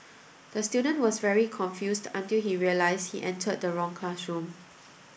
the student was very confused until he realised he entered the wrong classroom